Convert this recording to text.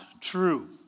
true